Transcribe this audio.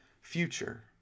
Future